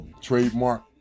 trademark